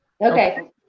Okay